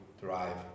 drive